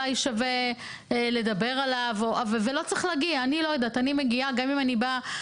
זה מה שאני חושבת שהחוק מעודד גם יזמות וגם לשמור.